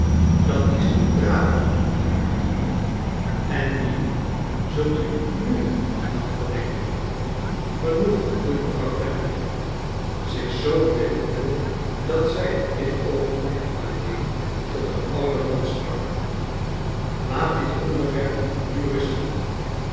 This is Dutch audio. dat is niet braaf van u mijnheer arthur en wie zult u nu gaan verdenken genoeg vie mevrouw clennam in zich zoo wendende dat zij op dit oogenblik alleen tot den ouden man sprak laat dit onderwerp nu rusten